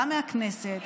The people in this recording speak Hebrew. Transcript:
גם מהכנסת,